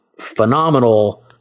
phenomenal